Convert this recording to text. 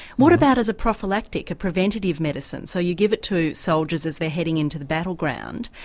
what about as a prophylactic, a preventive medicine, so you give it to soldiers as they're heading into the battle ground,